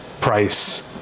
price